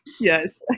Yes